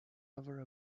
over